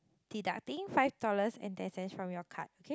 deducting five dollars and ten cents from your card okay